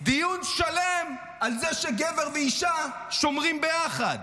דיון שלם על זה שגבר ואישה שומרים ביחד.